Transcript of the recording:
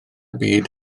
byd